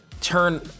turn